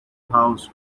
house